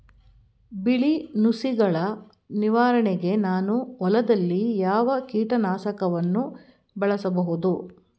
ಬಿಳಿ ನುಸಿಗಳ ನಿವಾರಣೆಗೆ ನಾನು ಹೊಲದಲ್ಲಿ ಯಾವ ಕೀಟ ನಾಶಕವನ್ನು ಬಳಸಬಹುದು?